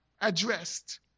addressed